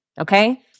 Okay